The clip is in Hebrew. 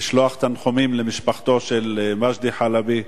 תנחומים למשפחתו של מג'די חלבי,